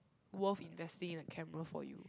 worth investing a camera for you